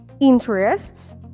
interests